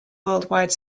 worldwide